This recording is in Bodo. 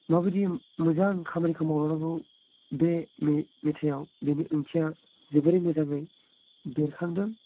माबायदि मोजां खामानिखौ मावलांनांगौ बे मेथायाव बेनि ओंथिया जोबोर मोजाङै बेरखांदों